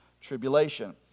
tribulation